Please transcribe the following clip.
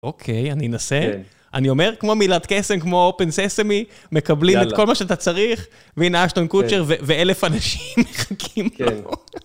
אוקיי, אני אנסה. אני אומר כמו מילת קסם, כמו open sesame, מקבלים את כל מה שאתה צריך, והנה אשטון קוצ'ר ואלף אנשים מחכים לנו.